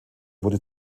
wurde